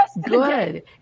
good